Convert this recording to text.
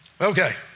Okay